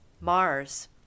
Mars